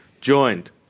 Joined